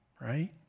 right